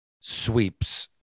sweeps